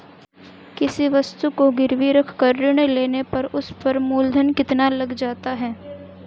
किसी वस्तु को गिरवी रख कर ऋण लेने पर उस पर मूलधन कितना लग जाता है?